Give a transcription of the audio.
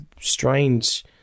strange